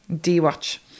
D-Watch